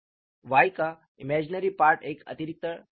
Y का काल्पनिक भाग एक अतिरिक्त पद है